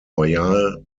royale